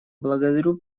благодарю